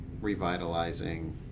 revitalizing